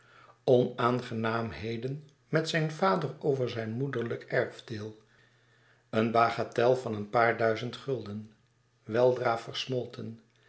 onaangenaamheden met zijn vader over zijn moederlijk erfdeel een bagatel van een paar duizend gulden weldra versmolten